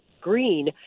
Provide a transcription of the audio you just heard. green